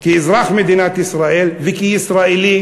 כאזרח מדינת ישראל וכישראלי,